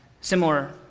Similar